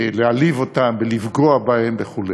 להעליב אותם, ולפגוע בהם, וכו'.